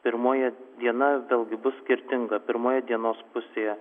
pirmoje diena vėlgi bus skirtinga pirmoje dienos pusėje